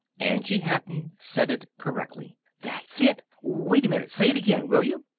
angie hatton said it correctly. that's it! wait a minute! say it again, will you?